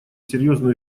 серьезный